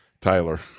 Tyler